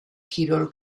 kirol